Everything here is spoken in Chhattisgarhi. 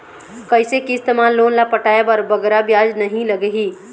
कइसे किस्त मा लोन ला पटाए बर बगरा ब्याज नहीं लगही?